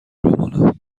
بمانم